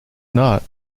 not